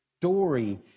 story